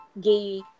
gay